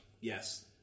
yes